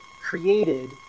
created